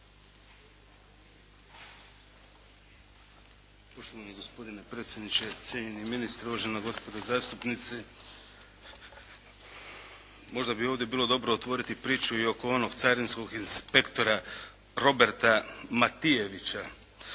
Poštovani gospodine predsjedniče, cijenjeni ministre, uvaženi gospodo zastupnici. Možda bi ovdje bilo dobro otvoriti priču i oko onog carinskog inspektora Roberta Matijevića,